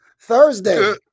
Thursday